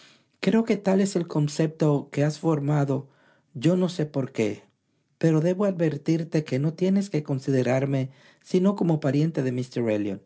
creo que tal es el concepto que has formado yo no se por qué pero debo advertirte que no tienes qu considerarme sino como pariente de